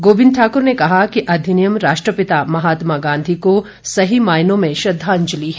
गोविंद ठाकुर ने कहा कि अधिनियम राष्ट्रपिता महात्मा गांधी को सही मायनों में श्रद्वांजलि है